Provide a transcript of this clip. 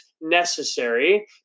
necessary